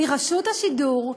מרשות השידור,